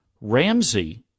Ramsey